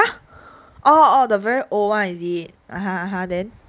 !huh! oh oh the very old one is it (uh huh) (uh huh) then